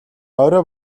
орой